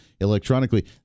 electronically